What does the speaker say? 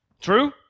True